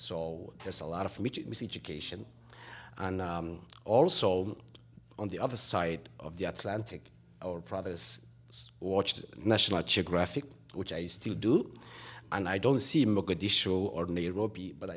saw there's a lot of education and also on the other side of the atlantic our fathers watch the national geographic which i used to do and i don't see